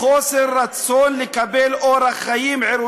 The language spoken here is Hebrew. ח"כים מהאולם.